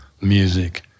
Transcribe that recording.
music